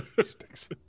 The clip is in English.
sticks